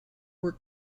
were